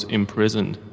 imprisoned